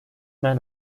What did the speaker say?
man